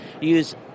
use